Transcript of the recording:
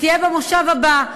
שתהיה במושב הבא.